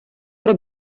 про